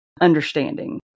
understanding